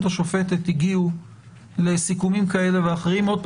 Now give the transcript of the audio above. השופטת הגיעו לסיכומים כאלה ואחרים שוב ,